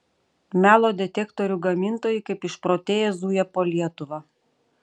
melo detektorių gamintojai kaip išprotėję zuja po lietuvą